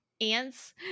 ants